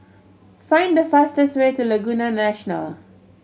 find the fastest way to Laguna National